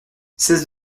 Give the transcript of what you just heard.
seize